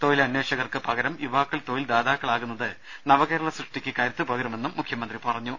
തൊഴിലന്വേഷകർക്ക് പകരം യുവാക്കൾ തൊഴിൽ ദാതാക്കളാകുന്നത് നവകേരള സൃഷ്ടിക്ക് കരുത്തു പകരുമെന്നും മുഖ്യമന്ത്രി പറഞ്ഞു